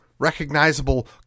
recognizable